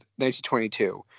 1922